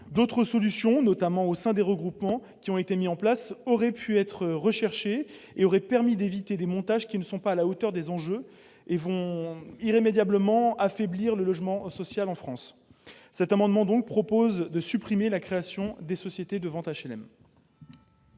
D'autres solutions, en particulier au sein des regroupements qui sont mis en place, auraient pu être recherchées. Elles auraient permis d'éviter des montages qui ne sont pas à la hauteur des enjeux et vont irrémédiablement affaiblir le logement social en France. Au travers de cet amendement, nous proposons donc de supprimer la création des sociétés de vente d'HLM.